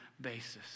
basis